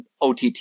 OTT